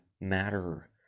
matter